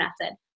method